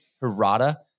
Hirata